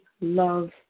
love